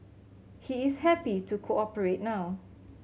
he is happy to cooperate now